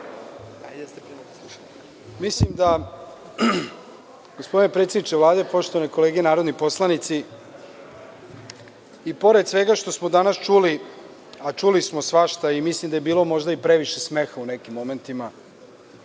Mislim da gospodine predsedničke Vlade, poštovane kolege narodni poslanici, i pored svega što smo danas čuli, a čuli smo svašta i mislim da je bilo možda i previše smeha u nekim momentima,